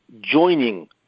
joining